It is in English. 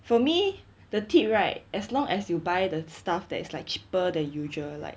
for me the tip right as long as you buy the stuff that is like cheaper than usual like